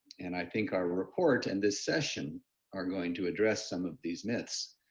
and i think our report and this session are going to address some of these myths.